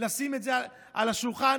לשים את זה על השולחן,